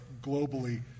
globally